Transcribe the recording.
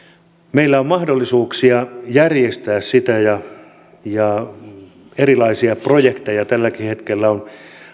meillä on mahdollisuuksia järjestää sitä ja erilaisia projekteja tälläkin hetkellä on